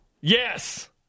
Yes